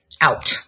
out